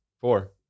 Four